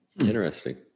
Interesting